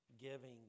giving